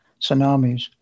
tsunamis